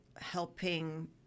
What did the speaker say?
helping